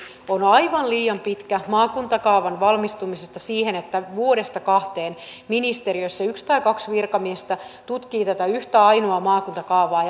on aivan liian pitkä kestäen maakuntakaavan valmistumisesta siihen että vuodesta kahteen ministeriössä yksi tai kaksi virkamiestä tutkii tätä yhtä ainoaa maakuntakaavaa